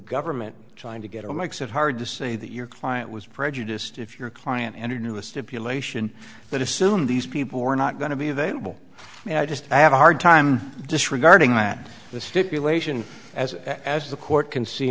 government trying to get or makes it hard to say that your client was prejudiced if your client entered into a stipulation that assumed these people were not going to be available and i just have a hard time disregarding that the stipulation as as the court can see